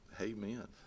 Amen